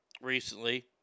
recently